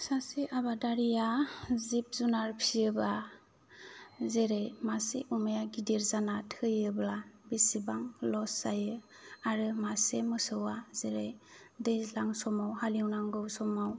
सासे आबादारिया जिब जुनार फिसियोबा जेरै मासे अमाया गिदिर जाना थैयोब्ला बिसिबां लस जायो आरो मासे मोसौआ जेरै दैज्लां समाव हाल एवनांगौ समाव